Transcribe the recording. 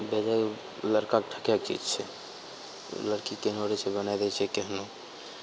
बेजाए लड़िकाके ठकाय चीज छै लड़की केहनो रहय छै बनाय दै छै केहनो